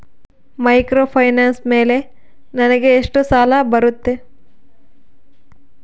Microfinance ಮೇಲೆ ನನಗೆ ಎಷ್ಟು ಸಾಲ ಬರುತ್ತೆ?